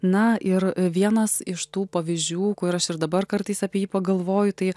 na ir vienas iš tų pavyzdžių kur aš ir dabar kartais apie jį pagalvoju tai